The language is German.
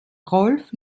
rolf